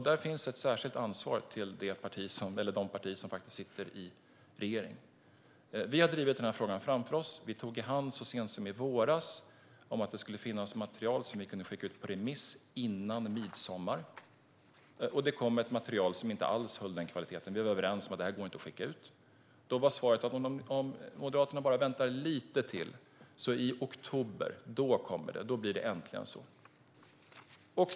Där ligger ett särskilt ansvar på de partier som faktiskt sitter i regering. Vi har drivit den här frågan framför oss. Så sent som i våras tog vi i hand på att det skulle finnas material som vi kunde skicka ut på remiss före midsommar. Men det kom ett material som inte alls höll den kvalitet som behövdes, och vi var överens om att det inte gick att skicka ut. Då blev svaret att vi moderater skulle få vänta ett litet tag till men att det hela äntligen skulle komma i oktober.